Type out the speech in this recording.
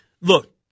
Look